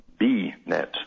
Bnet